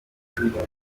ndirimbo